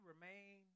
remain